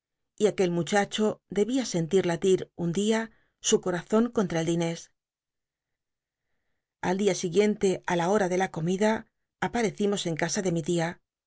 y aquel muchacho debia sentir latir un dia su co azon contra el de inés al dia siguiente li la hora de la comida aparecimos en ca a de mi tia